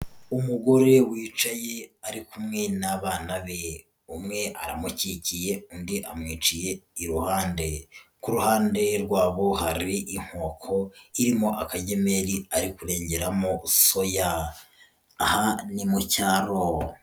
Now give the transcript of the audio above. Umugore wicaye ari kumwe n'abana be umwe aramukikiye undi amwicaye iruhande, ku ruhande rwabo hari inkoko irimo akagemeri ari kurengeramo soya, aha ni mu cyaro.